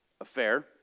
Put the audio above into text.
affair